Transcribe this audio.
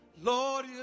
Lord